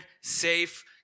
safe